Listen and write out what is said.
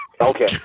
Okay